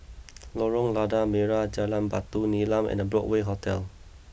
Lorong Lada Merah Jalan Batu Nilam and Broadway Hotel